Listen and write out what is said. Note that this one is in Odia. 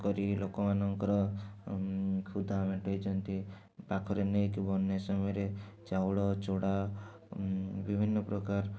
କରି ଲୋକମାନଙ୍କର କ୍ଷୁଦା ମେଣ୍ଟାଇଛନ୍ତି ପାଖରେ ନେଇକି ବନ୍ୟା ସମୟରେ ଚାଉଳ ଚୁଡ଼ା ବିଭିନ୍ନ ପ୍ରକାର